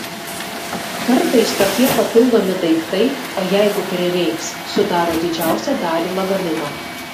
kartais tokie papildomi daiktai o jeigu prireiks sudaro didžiausią dalį lagamino